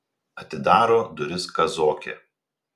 atidaro duris kazokė